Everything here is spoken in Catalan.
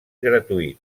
gratuït